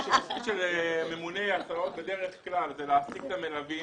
התפקיד של ממונה הסעות בדרך כלל הוא להעסיק את המלווים,